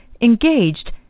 engaged